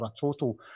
total